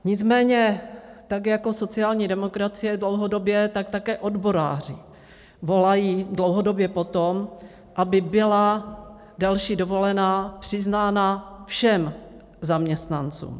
Nicméně jako sociální demokracie dlouhodobě, tak také odboráři volají dlouhodobě po tom, aby byla další dovolená přiznána všem zaměstnancům.